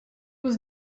was